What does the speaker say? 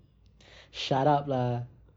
shut up lah